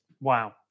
Wow